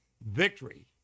victory